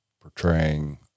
portraying